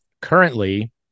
currently